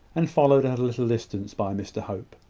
and followed at a little distance by mr hope.